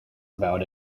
about